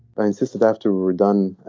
they insisted after we're done,